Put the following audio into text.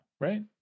right